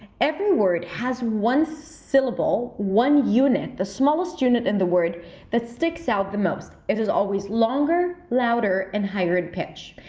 every word has one syllable, one unit, the smallest unit in the word that sticks out the most. it is always longer, louder and higher in pitch.